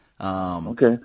Okay